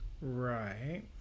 right